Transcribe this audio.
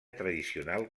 tradicional